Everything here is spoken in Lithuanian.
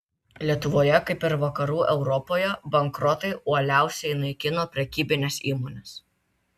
lietuvoje kaip ir vakarų europoje bankrotai uoliausiai naikino prekybines įmones